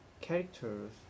characters